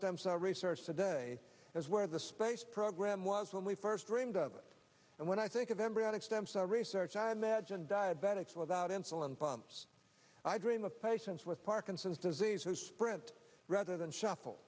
stem cell research today as where the space program was when we first reigned of it and when i think of embryonic stem cell research i imagine diabetics without insulin pumps i dream of patients with parkinson's disease has spread rather than shuffle